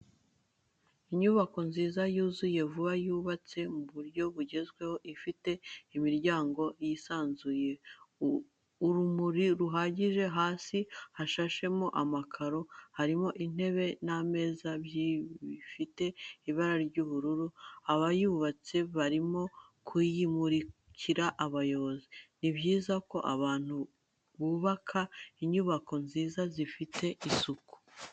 Inyubako nziza yuzuye vuba yubatse mu buryo bugeweho ifite imiryango yisanzuye, urumuri ruhagije, hasi hashashemo amakaro, harimo intebe n'ameza byiza bifite ibara ry'ubururu, abayubatse barimo kuyimurikira abayobozi. Ni byiza ko abantu bubaka inyubako nziza zifite isuku.